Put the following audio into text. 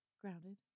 Grounded